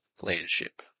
leadership